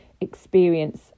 experience